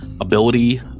ability